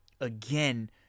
again